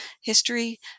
history